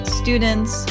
students